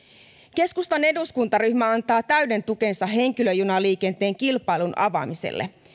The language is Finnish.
keskustan eduskuntaryhmä antaa täyden tukensa henkilöjunaliikenteen kilpailun avaamiselle